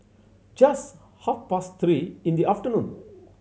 just half past three in the afternoon